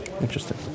Interesting